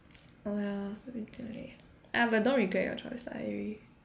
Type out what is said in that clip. !aiya! it's a bit too late !aiya! but don't regret your choice lah anyway